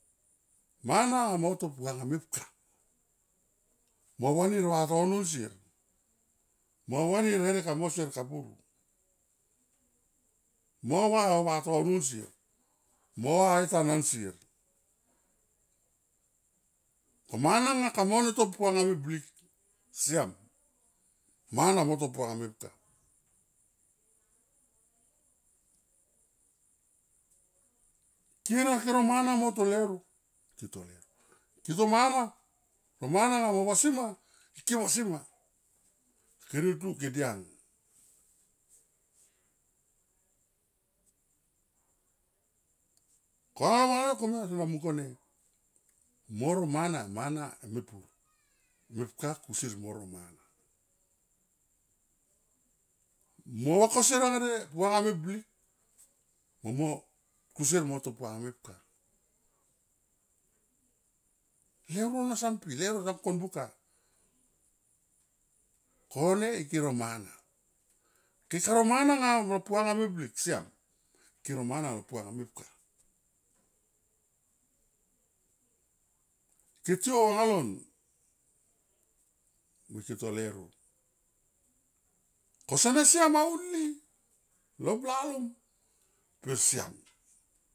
Mana mo to puanga mepka, mo vanir vatono nsier, mo vanir herek amo sier kapuru, mo va o vatono nsier, mo va e tan ansier ko nama nga to puanga me blik siam mana mo to puanga mepka. Ke na ke ro mana mo to leuro ke to leuro ke to mana lo mana nga mo vasima ike vasima ke deltu ke diang. Ko alo mana lol yo komia somo mung kone mo ro mana, mana mepur, mepka kusier mo ro mana. Mo vakosier ade puanga meblik mo kusier mo to puanga mepka leuro na san pi. Leuro na ko buka kone ike ro mana keka ro mana anga lo puanga meblik siam ke ro mana lo puanga mepka. Ke tiou anga lon mo ike te leuro, ko sene siam aun ene lo bla lom pe siam.